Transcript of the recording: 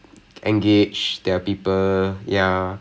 mm ah ah mm